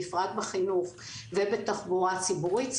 בפרט בחינוך ובתחבורה הציבורית,